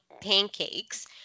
pancakes